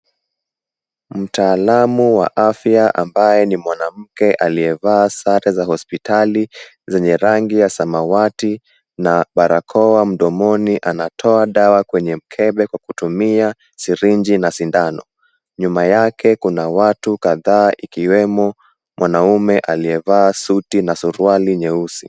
Mtaalamu wa afya ambaye ni mwanamke aliyevaa sare za hospitali zenye rangi ya samawati na barakoa mdomoni anatoa dawa kwenye mkebe kwa kutumia sirinji na sindano. Nyuma yake kuna watu kadhaa ikiwemo mwanaume aliyevaa suti na suruali nyeusi.